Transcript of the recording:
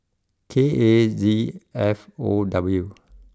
K A Z F O W